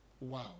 Wow